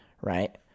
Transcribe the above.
right